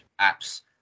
apps